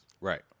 Right